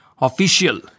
Official